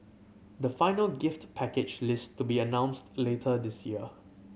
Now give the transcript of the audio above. the final gift package list to be announced later this year